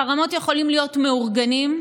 החרמות יכולים להיות מאורגנים,